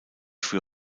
für